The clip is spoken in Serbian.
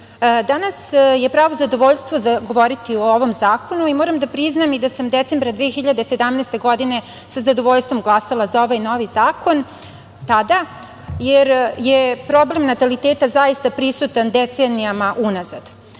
danas je pravo zadovoljstvo govoriti o ovom zakonu i moram da priznam i da sam decembra 2017. godine sa zadovoljstvom glasala za ovaj novi zakon tada, jer je problem nataliteta zaista prisutan decenijama unazad. Ponosna